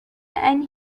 and